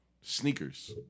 Sneakers